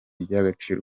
iby’agaciro